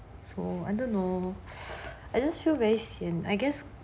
so I don't know I just feel very sian I guess